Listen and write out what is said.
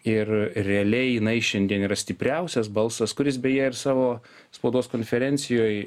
ir realiai jinai šiandien yra stipriausias balsas kuris beje ir savo spaudos konferencijoj